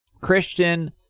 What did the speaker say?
Christian